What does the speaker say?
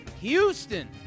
Houston